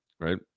right